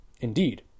Indeed